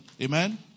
Amen